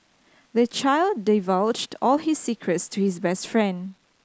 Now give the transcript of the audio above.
the child divulged all his secrets to his best friend